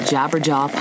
Jabberjaw